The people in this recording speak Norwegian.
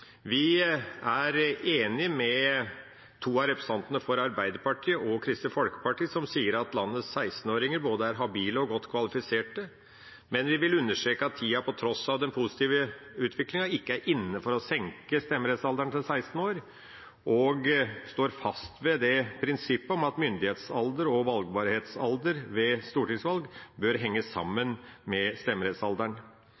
Arbeiderpartiet og Kristelig Folkeparti, som sier at landets 16-åringer er både habile og godt kvalifisert, men vi vil understreke at tida på tross av den positive utviklingen ikke er inne for å senke stemmerettsalderen til 16 år. Og vi står fast ved prinsippet om at myndighetsalder og valgbarhetsalder ved stortingsvalg bør henge